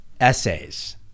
essays